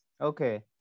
Okay